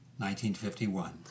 1951